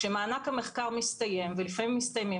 כשמענק המחקר מסתיים ולפעמים הם מסתיימים